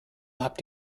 habt